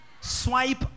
swipe